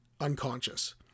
unconscious